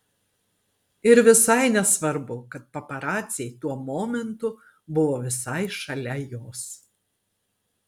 ir visai nesvarbu kad paparaciai tuo momentu buvo visai šalia jos